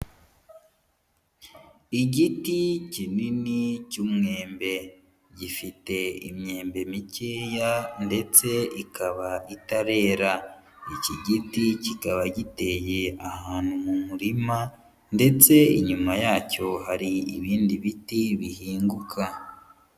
Igiti kinini cy'umwembe, gifite imyembe mikeya ndetse ikaba itarera, iki giti kikaba giteye ahantu mu murima ndetse inyuma yacyo hari ibindi biti bihinguka.